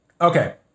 Okay